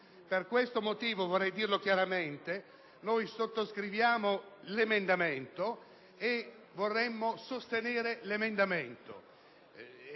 Per questo motivo, vorrei dirlo chiaramente, sottoscriviamo l'emendamento 16.500. Vorremmo sostenere tale emendamento